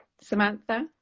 Samantha